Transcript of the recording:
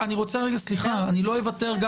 אני לא אוותר,